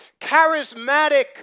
charismatic